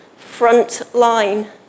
frontline